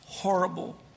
Horrible